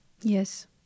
Yes